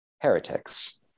heretics